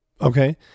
Okay